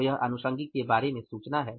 तो यह आनुषंगीक के बारे में सूचना है